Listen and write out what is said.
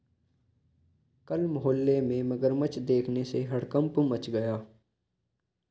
कल मोहल्ले में मगरमच्छ देखने से हड़कंप मच गया